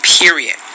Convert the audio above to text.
period